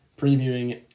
previewing